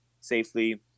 safely